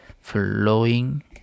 flowing